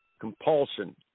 compulsion